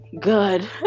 good